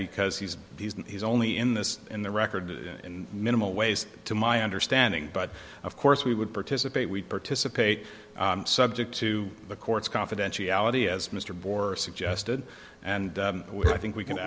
because he's he's only in this in the record in minimal ways to my understanding but of course we would participate we participate subject to the court's confidentiality as mr bor suggested and i think we can